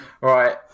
Right